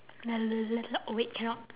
oh wait cannot